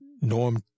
norm